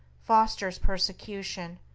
fosters persecution,